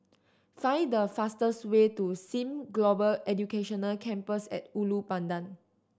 find the fastest way to Sim Global Education Campus At Ulu Pandan